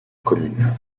commune